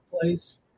place